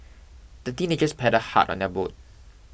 the teenagers paddled hard on their boat